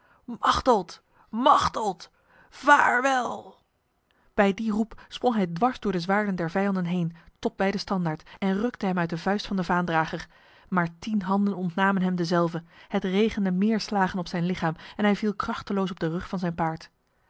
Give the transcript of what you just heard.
machteld machteld vaarwel bij die roep sprong hij dwars door de zwaarden der vijanden heen tot bij de standaard en rukte hem uit de vuist van de vaandrager maar tien handen ontnamen hem dezelve het regende meer slagen op zijn lichaam en hij viel krachteloos op de rug van zijn paard